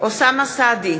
אוסאמה סעדי,